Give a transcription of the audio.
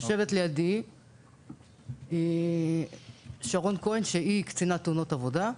יושבת לידי שרון כהן, שהיא קצינת תאונות עבודה.